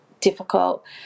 difficult